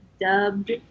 dubbed